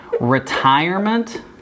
retirement